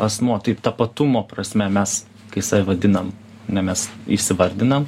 asmuo taip tapatumo prasme mes kai save vadinam ne mes įsivardinam